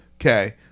Okay